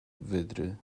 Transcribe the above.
wydry